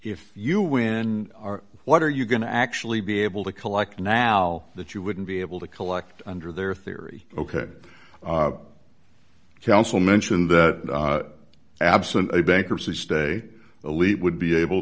if you win what are you going to actually be able to collect now that you wouldn't be able to collect under their theory ok counsel mentioned that absent a bankruptcy stay elite would be able